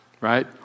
right